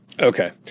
Okay